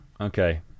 Okay